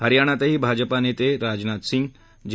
हरियाणातही भाजपा नेते राजनाथ सिंग जे